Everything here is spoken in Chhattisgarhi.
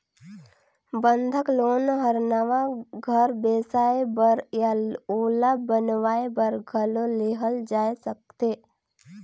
बंधक लोन हर नवा घर बेसाए बर या ओला बनावाये बर घलो लेहल जाय सकथे